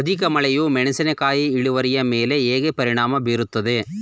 ಅಧಿಕ ಮಳೆಯು ಮೆಣಸಿನ ಇಳುವರಿಯ ಮೇಲೆ ಹೇಗೆ ಪರಿಣಾಮ ಬೀರುತ್ತದೆ?